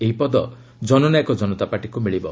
ଏହି ପଦ ଜନନାୟକ ଜନତା ପାର୍ଟିକୁ ମିଳିବ